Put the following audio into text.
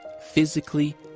physically